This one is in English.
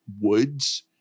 woods